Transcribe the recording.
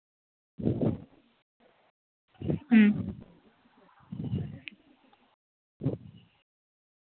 ഉം